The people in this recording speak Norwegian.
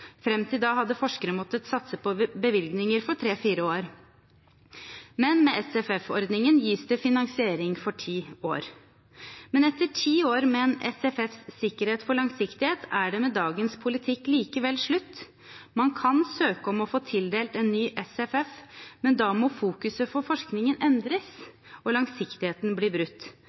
Frem til da hadde forskere måttet satse på bevilgninger for 3–4 år. Men med SSF-ordningen gis det finansiering for 10 år. Men etter 10 år med en SFFs sikkerhet for langsiktighet, er det med dagens politikk likevel slutt. Man kan søke om å få tildelt en ny SFF, men da må fokuset for forskningen endres – og langsiktigheten blir brutt.